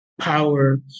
power